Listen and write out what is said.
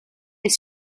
est